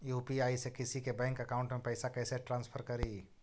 UPI से किसी के बैंक अकाउंट में पैसा कैसे ट्रांसफर करी?